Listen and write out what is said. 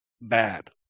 bad